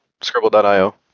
Scribble.io